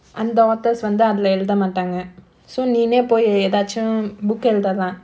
அந்த:antha authors வந்து அதுல எழுதமாட்டாங்க:vanthu athula eluthamaattaanga so நீனே போய் எதாச்சும்:neenae poi ethaachum book எழுதாதா:eluthatha